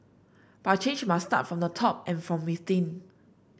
but change must start from the top and from within